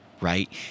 right